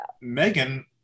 Megan